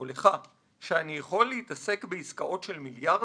שאני יכול להתעסק בעסקאות של מיליארדים"?